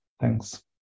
Thanks